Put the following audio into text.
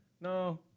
no